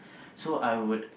so I would